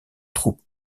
troupes